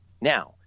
Now